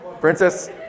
princess